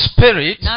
Spirit